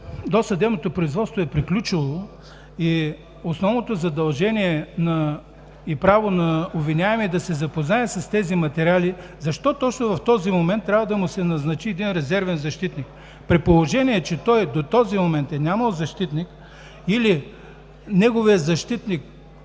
досъдебното производство е приключило и основното задължение и право на обвиняемия е да се запознае с тези материали, защо точно в този момент трябва да му се назначи резервен защитник? При положение че до този момент той не е имал защитник, или неговият защитник